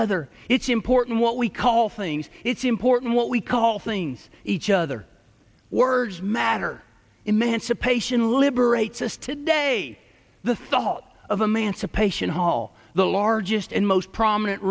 other it's important what we call things it's important what we call things each other words matter emancipation liberates us today the thought of a mancipation hall the largest and most prominent